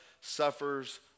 suffers